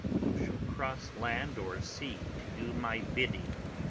you shall cross land or sea to do my bidding